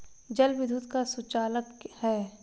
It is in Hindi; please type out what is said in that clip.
जल विद्युत का सुचालक है